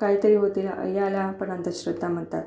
काहीतरी होतील याला पण अंधश्रद्धा म्हणतात